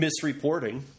misreporting